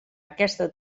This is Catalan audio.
aquesta